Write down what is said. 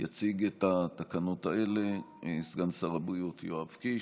התשפ"א 2021. יציג את התקנות האלה סגן שר הבריאות יואב קיש,